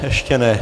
Ještě ne.